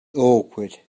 awkward